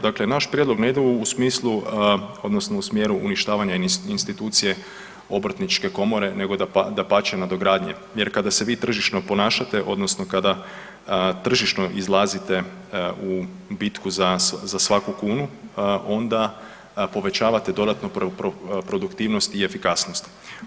Dakle naš prijedlog ne ide u smjeru uništavanja institucije Obrtničke komore nego dapače nadogradnje jer kada se vi tržišno ponašate odnosno kada tržišno izlazite u bitku za svaku kunu onda povećavate dodatno produktivnost i efikasnost.